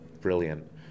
brilliant